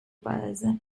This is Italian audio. paese